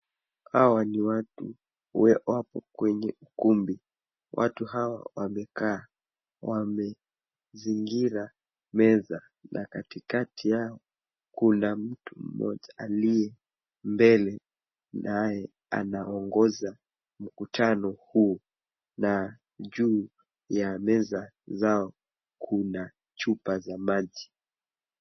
Hawa ni watu wapo kwenye ukumbi. Watu hawa wamekaa. Wamezingira meza na katikati yao kuna mtu mmoja aliye mbele naye anaongoza mkutano huu na juu ya meza zao kuna chupa za maji.